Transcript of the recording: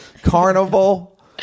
Carnival